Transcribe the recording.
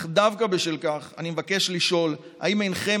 אך דווקא בשל כך אני מבקש לשאול: האם אינכם